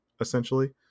essentially